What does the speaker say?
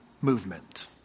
movement